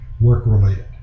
work-related